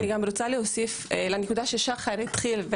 אני גם רוצה להוסיף לנקודה ששחר התחיל.